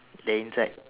the inside